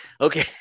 Okay